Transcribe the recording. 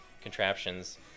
contraptions